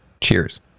Cheers